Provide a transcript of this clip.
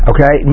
Okay